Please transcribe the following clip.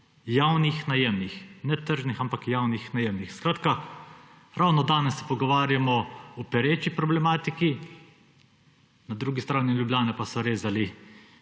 Javnih najemnih; ne tržnih, ampak javnih najemnih. Skratka, ravno danes se pogovarjamo o pereči problematiki, na drugi strani Ljubljane pa so rezali